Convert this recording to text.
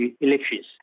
elections